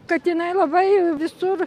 kad jinai labai visur